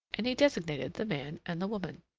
and he designated the man and the woman.